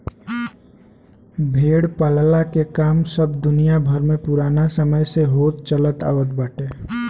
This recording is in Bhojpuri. भेड़ पालला के काम सब दुनिया भर में पुराना समय से होत चलत आवत बाटे